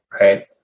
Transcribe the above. Right